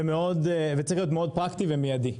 וצריך להיות מאוד פרקטי ומידי.